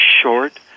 short